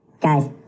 Guys